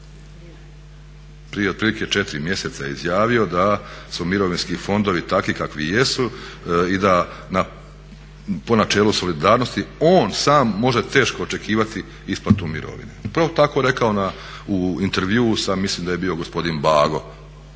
Prije otprilike 4 mjeseca je izjavio da su mirovinski fondovi takvi kakvi jesu i da po načelu solidarnosti on sam može teško očekivati isplatu mirovine. Upravo tako je rekao u intervjuu sa, mislim da je bio gospodin Bago